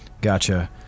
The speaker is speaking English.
Gotcha